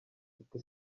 city